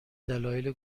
دلایل